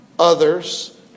others